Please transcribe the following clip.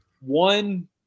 One